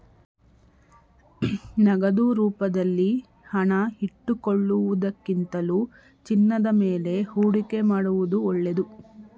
ನಗದು ರೂಪದಲ್ಲಿ ಹಣ ಇಟ್ಟುಕೊಳ್ಳುವುದಕ್ಕಿಂತಲೂ ಚಿನ್ನದ ಮೇಲೆ ಹೂಡಿಕೆ ಮಾಡುವುದು ಒಳ್ಳೆದು